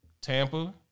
Tampa